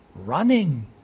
running